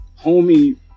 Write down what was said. homie